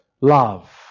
love